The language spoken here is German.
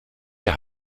der